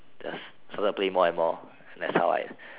thus so I play more and more and that's how I